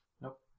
Nope